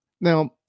Now